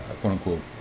quote-unquote